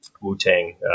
Wu-Tang